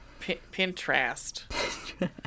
Pinterest